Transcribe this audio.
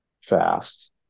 fast